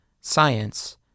science